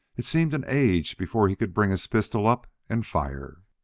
it seemed an age before he could bring his pistol up and fire.